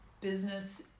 business